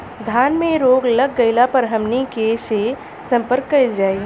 धान में रोग लग गईला पर हमनी के से संपर्क कईल जाई?